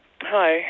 Hi